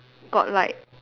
got like